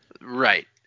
Right